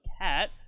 Cat